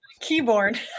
keyboard